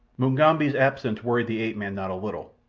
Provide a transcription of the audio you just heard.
mugambi's absence worried the ape-man not a little.